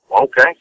okay